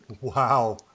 Wow